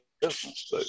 business